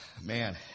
man